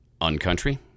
UnCountry